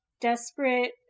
desperate